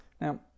Now